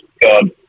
God